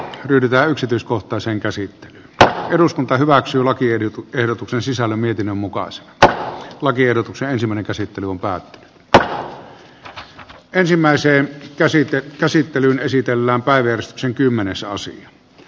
yritä yksityiskohtaisen käsi tai eduskunta hyväksyy lakirin ehdotuksen sisällä mietinnön mukaan se että lakiehdotuksen ensimmäinen myös resurssien heikennys ja pitkän päälle oman oksan sahaamista